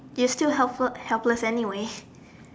it is still helpful helpless anyways